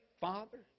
Father